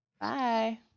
Bye